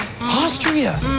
Austria